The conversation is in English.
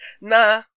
Nah